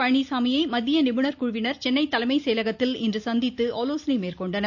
பழனிசாமியை மத்திய நிபுணர் குழுவினர் சென்னை தலைமை செயலகத்தில் இன்று சந்தித்து ஆலோசனை மேற்கொண்டனர்